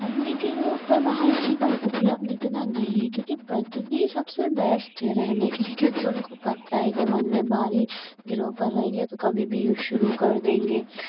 अन्य ग्रहों पर बाहरी जीवन उपलब्ध इतना नहीं है क्योंकि पृथ्वी सबसे वैस्ट है रहने के लिए क्योंकि उनको पता है कि मैंने बाहरी ग्रहों पर रहेंगे तो कभी भी युद्ध शुरू कर देंगे